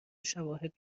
شواهد